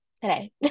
today